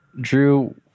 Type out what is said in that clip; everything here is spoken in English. Drew